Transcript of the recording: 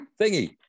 Thingy